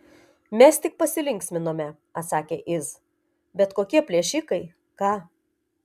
mes tik pasilinksminome atsakė iz bet kokie plėšikai ką